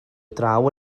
draw